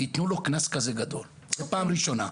וייתנו לו קנס כזה גדול פעם ראשונה.